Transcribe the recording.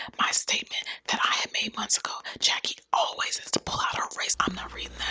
my statement, that i had made months ago. jackie always has to pull out her race. i'm not reading that.